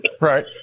Right